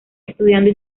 estudiando